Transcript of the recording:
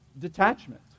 detachment